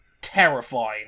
terrifying